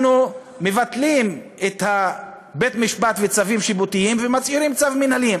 אנחנו מבטלים את בית-המשפט וצווים שיפוטיים ומצהירים על צו מינהלי,